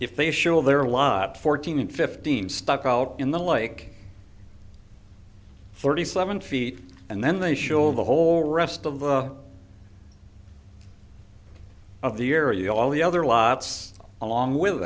if they show their live fourteen and fifteen stuck out in the like thirty seven feet and then they show the whole rest of the of the year you know all the other lots on long wi